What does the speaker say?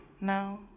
No